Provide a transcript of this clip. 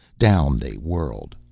down they whirled.